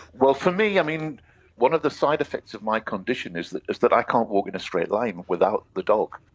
for me i mean one of the side effects of my condition is that is that i can't walk in a straight line without the dog.